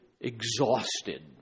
exhausted